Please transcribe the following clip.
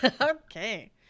Okay